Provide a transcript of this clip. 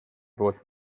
poolt